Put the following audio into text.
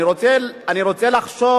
אני רוצה לחשוב